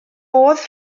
modd